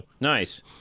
Nice